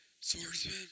swordsman